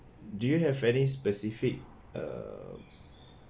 do you have any specific um